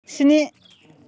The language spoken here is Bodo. स्नि